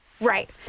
Right